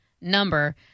number